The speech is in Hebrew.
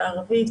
בערבית,